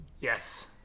yes